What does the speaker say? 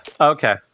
Okay